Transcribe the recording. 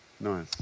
Nice